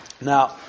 Now